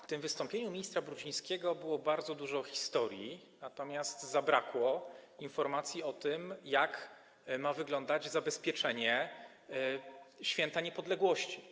W wystąpieniu ministra Brudzińskiego było bardzo dużo historii, natomiast zabrakło informacji o tym, jak ma wyglądać zabezpieczenie święta niepodległości.